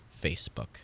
Facebook